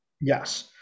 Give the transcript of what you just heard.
yes